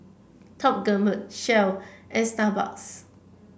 Top Gourmet Shell and Starbucks